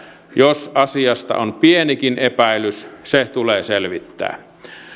jos asiasta on pienikin epäilys se tulee selvittää